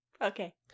Okay